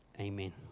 Amen